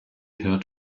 heard